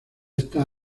estas